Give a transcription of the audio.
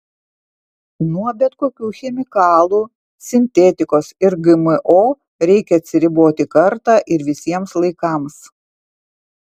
nuo bet kokių chemikalų sintetikos ir gmo reikia atsiriboti kartą ir visiems laikams